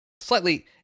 slightly